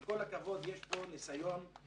עם כל הכבוד, יש פה ניסיון לעקוף,